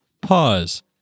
Pause